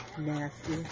nasty